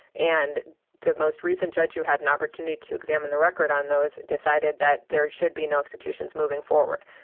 and the most recent judge who had an opportunity to examine the record on those decided that there should be no executions moving forward.